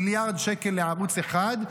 אנחנו משלמים מיליארד שקל לערוץ אחד,